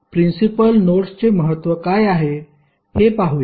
तर प्रिन्सिपल नोड्सचे महत्त्व काय आहे हे पाहूया